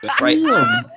Right